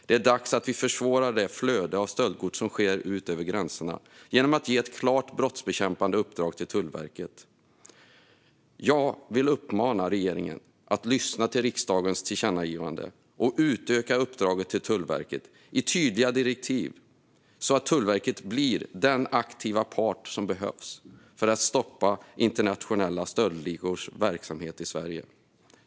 Det är dags att vi försvårar flödet av stöldgods ut över gränserna genom att ge ett klart brottsbekämpande uppdrag till Tullverket. Jag vill uppmana regeringen att lyssna på riksdagens tillkännagivande och utöka uppdraget till Tullverket i tydliga direktiv så att Tullverket blir den aktiva part som behövs för att stoppa internationella stöldligors verksamhet i Sverige.